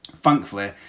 thankfully